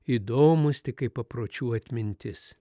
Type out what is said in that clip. įdomūs tik kaip papročių atmintis